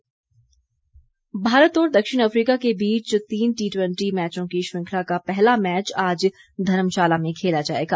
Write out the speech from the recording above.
cricket match Bharat और दक्षिण Africa के बीच तीन टी ट्वेंटी मैचों की श्रृंखला का पहला मैच आज धर्मशाला में खेला जाएगा